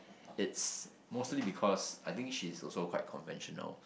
it's mostly because I think she's also quite conventional